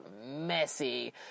messy